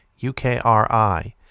UKRI